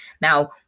now